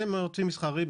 הם ערוצים מסחריים,